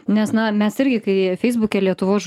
nes na mes irgi kai feisbuke lietuvos